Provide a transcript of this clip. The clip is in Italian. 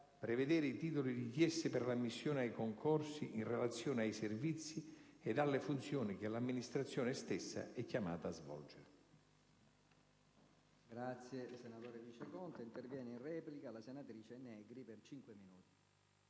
prevedere i titoli richiesti per l'ammissione ai concorsi in relazione ai servizi ed alle funzioni che l'amministrazione stessa è chiamata a svolgere.